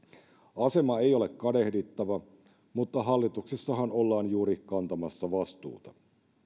asema ei ole kadehdittava mutta hallituksessahan ollaan juuri kantamassa vastuuta